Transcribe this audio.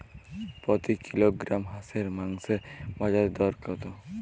প্রতি কিলোগ্রাম হাঁসের মাংসের বাজার দর কত?